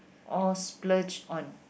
or splurge on